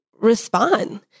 respond